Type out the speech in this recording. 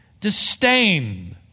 disdain